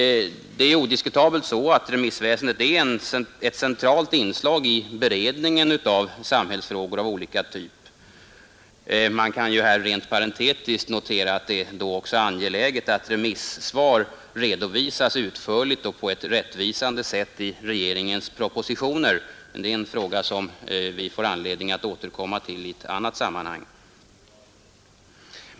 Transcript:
Det är odiskutabelt så att remissväsendet är ett centralt inslag i beredningen av samhällsfrågor av olika typer. Man kan här rent parentetiskt notera att det då också är angeläget att remissvar redovisas utförligt och på ett rättvisande sätt i regeringspropositionen, men det är en fråga som vi får anledning att återkomma till i ett annat sammanhang.